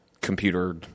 computer